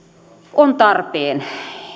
on tarpeen